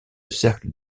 cercle